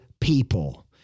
people